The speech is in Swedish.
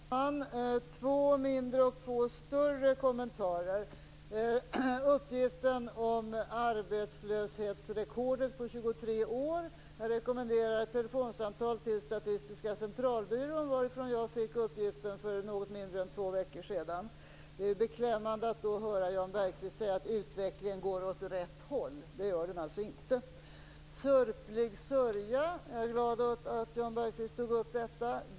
Fru talman! Jag har två mindre och två större kommentarer. När det gäller uppgiften om arbetslöshetsrekordet under 23 år rekommenderar jag ett telefonsamtal till Statistiska centralbyrån, varifrån jag fick den uppgiften för något mindre än två veckor sedan. Det är då beklämmande att höra Jan Bergqvist säga att utvecklingen går åt rätt håll. Det gör den alltså inte. Jag är glad över att Jan Bergqvist tog upp detta med sörplig sörja.